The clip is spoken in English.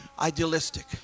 Idealistic